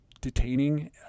detaining